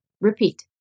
Repeat